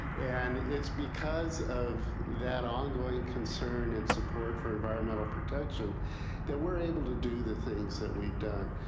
and it's because of that ongoing concern and support for environmental protection that we're able to do the things that we've done.